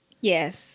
Yes